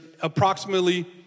approximately